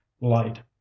Light